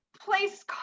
place